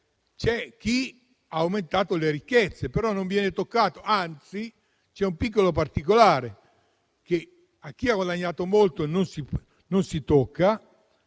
c'è chi ha aumentato le proprie ricchezze, ma non viene toccato, anzi c'è un piccolo particolare: chi ha guadagnato molto non si tocca,